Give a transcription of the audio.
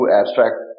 abstract